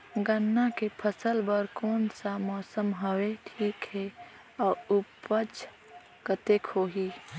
गन्ना के फसल बर कोन सा मौसम हवे ठीक हे अउर ऊपज कतेक होही?